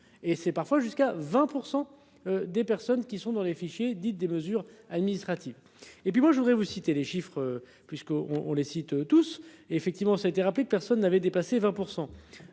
et c'est parfois jusqu'à 20%. Des personnes. Ils sont dans les fichiers dite des mesures administratives et puis moi je voudrais vous citer les chiffres puisqu'on, on les cite tous effectivement ça a été rappelé que personne n'avait dépassé 20%.